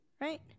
right